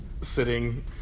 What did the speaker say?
sitting